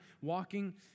walking